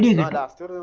not ah